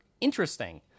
interesting